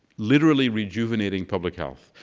literally rejuvenating public health.